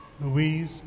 Louise